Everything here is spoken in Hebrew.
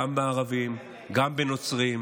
גם בערבים, גם בנוצרים.